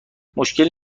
مشکلی